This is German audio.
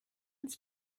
uns